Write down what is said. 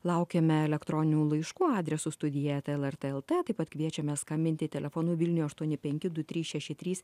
laukiame elektroninių laiškų adresu studija eta lrt lt taip pat kviečiame skambinti telefonu vilniuje aštuoni penki du trys šeši trys